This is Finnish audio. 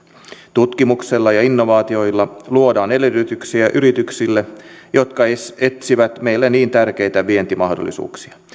tutkimuksella ja innovaatioilla luodaan edellytyksiä yrityksille jotka etsivät meille niin tärkeitä vientimahdollisuuksia